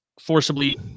forcibly